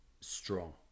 strong